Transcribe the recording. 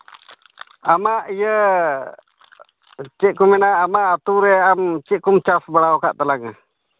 ᱟᱢᱟᱜ ᱤᱭᱟᱹ ᱪᱮᱫ ᱠᱚ ᱢᱮᱱᱟ ᱟᱢᱟᱜ ᱟᱹᱛᱩ ᱨᱮ ᱟᱢ ᱪᱮᱫ ᱠᱚᱢ ᱪᱟᱥ ᱵᱟᱲᱟ ᱠᱟᱜ ᱛᱟᱞᱟᱝᱟ